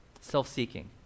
self-seeking